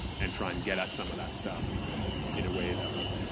and try and get at some of that stuff in a way that wasn't